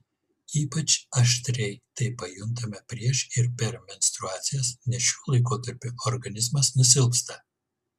ypač aštriai tai pajuntame prieš ir per menstruacijas nes šiuo laikotarpiu organizmas nusilpsta